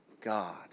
God